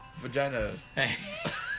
vaginas